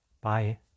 Bye